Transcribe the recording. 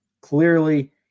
clearly